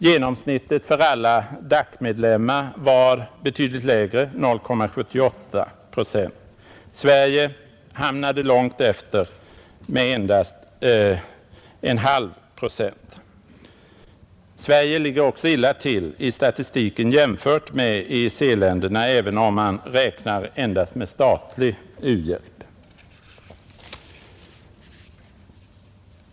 Genomsnittet för alla DAC-medlemmar var betydligt lägre eller 0,78 procent. Sverige hamnade långt efter med endast en halv procent. Sverige ligger också illa till i statistiken jämfört med EEC-länderna, även om man endast räknar med statlig u-hjälp.